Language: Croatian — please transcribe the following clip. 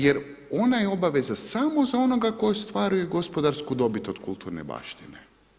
Jer ona je obaveza samo za onoga tko ostvaruje gospodarsku dobit od kulturne baštine.